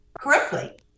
correctly